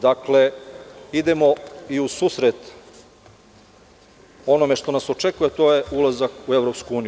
Dakle, ide se i u susret onome što nas očekuje, a to je ulazak u EU.